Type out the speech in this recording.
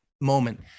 moment